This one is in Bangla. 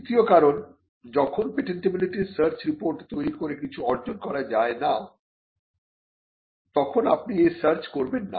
তৃতীয় কারণ যখন পেটেন্টিবিলিটি সার্চ রিপোর্ট তৈরী করে কিছু অর্জন করা যায় না তখন আপনি এই সার্চ করবেন না